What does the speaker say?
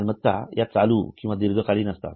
मालमत्ता या चालू व दीर्घकालीन असतात